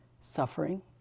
suffering